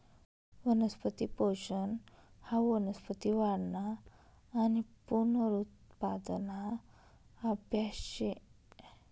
वनस्पती पोषन हाऊ वनस्पती वाढना आणि पुनरुत्पादना आभ्यास शे